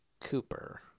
cooper